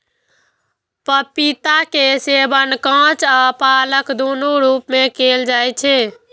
पपीता के सेवन कांच आ पाकल, दुनू रूप मे कैल जाइ छै